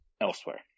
elsewhere